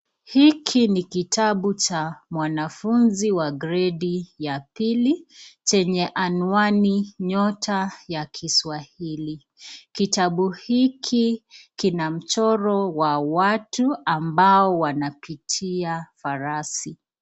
Hiki ni kitabu cha mwanafunzi wa gredi ya pili, chenye anuawani nyota ya kiswahili, kitabu hiki kina mchoro wa watu, ambao wanapitia farasi.